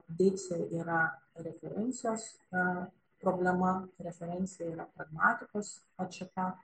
deiksė yra referencijos problema referencija yra pragmatikos atšaka